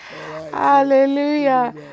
Hallelujah